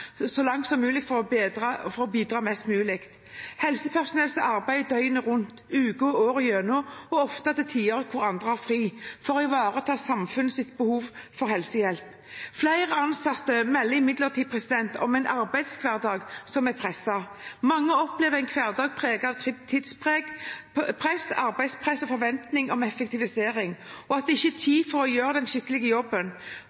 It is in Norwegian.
så langt som mulig for å bidra mest mulig. Det er helsepersonell som arbeider døgnet rundt uker og året igjennom – og ofte på tider da andre har fri – for å ivareta samfunnets behov for helsehjelp. Flere ansatte melder imidlertid om en arbeidshverdag som er presset. Mange opplever en hverdag preget av tidspress, arbeidspress og forventning om effektivisering, og at det ikke er